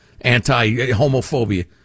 anti-homophobia